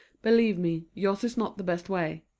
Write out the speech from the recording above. believe me, yours is not the best way.